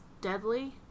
deadly